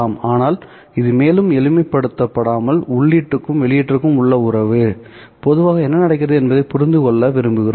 ஆனால் இது மேலும் எளிமைப்படுத்தாமல் உள்ளீடுக்கும் வெளியீட்டிற்கும் உள்ள உறவுபொதுவாக என்ன நடக்கிறது என்பதைப் புரிந்துகொள்ள விரும்புகிறோம்